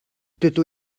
dydw